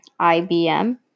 IBM